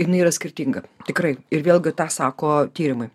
jinai yra skirtinga tikrai ir vėlgi tą sako tyrimai